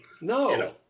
No